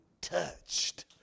touched